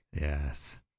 Yes